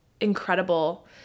incredible